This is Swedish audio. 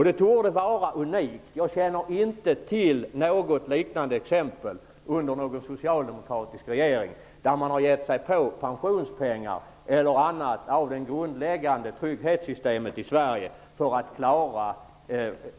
Det torde var unikt. Jag känner inte till något liknande exempel under någon socialdemokratisk regering där man har gett sig på pensionspengar eller annat i det grundläggande trygghetssystemet i Sverige för forskningsändamål.